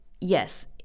yes